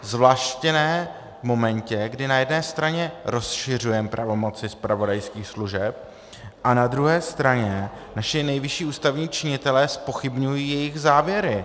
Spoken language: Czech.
Zvláště ne v momentě, kdy na jedné straně rozšiřujeme pravomoci zpravodajských služeb a na druhé straně naši nejvyšší ústavní činitelé zpochybňují jejich závěry.